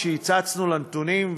כשהצצנו על הנתונים,